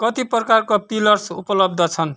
कति प्रकारका पिलर्स उपलब्ध छन्